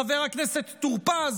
חבר הכנסת טור פז,